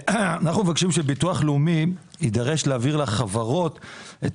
אנחנו מבקשים שהביטוח הלאומי יידרש להעביר לחברות את